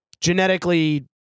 genetically